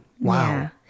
Wow